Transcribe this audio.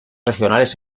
regionales